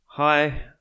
Hi